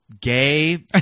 gay